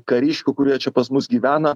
kariškių kurie čia pas mus gyvena